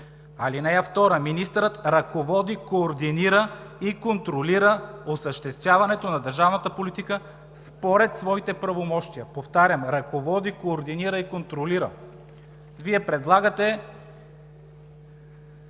ал. 2: „Министърът ръководи, координира и контролира осъществяването на държавната политика според своите правомощия“. Повтарям: „ръководи, координира и контролира“. Вие предлагате: